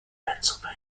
pennsylvania